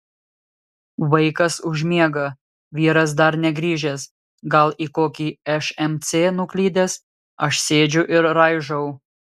vaikas užmiega vyras dar negrįžęs gal į kokį šmc nuklydęs aš sėdžiu ir raižau